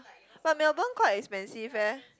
but Melbourne quite expensive eh